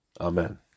Amen